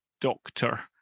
doctor